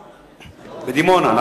בדימונה.